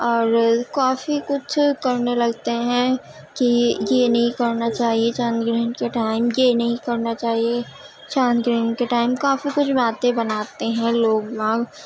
اور کافی کچھ کرنے لگتے ہیں کہ یہ یہ نہیں کرنا چاہیے چاند گرہن کے ٹائم یہ نہیں کرنا چاہیے چاند گرہن کے ٹائم کافی کچھ باتیں بناتے ہیں لوگ نا